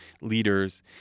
leaders